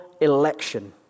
election